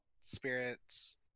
Spirits